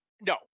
No